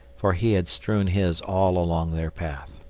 for he had strewn his all along their path.